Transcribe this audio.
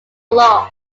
lost